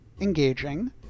engaging